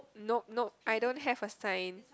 nope nope I don't have a sign